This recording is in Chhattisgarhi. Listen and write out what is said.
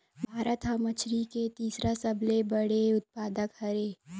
भारत हा मछरी के तीसरा सबले बड़े उत्पादक हरे